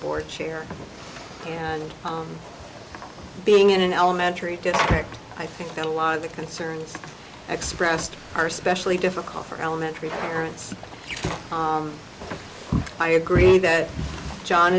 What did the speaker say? board chair and being in an elementary district i think that a lot of the concerns expressed are especially difficult for elementary arents i agree that john